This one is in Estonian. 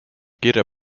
kirja